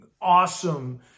awesome